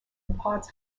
imparts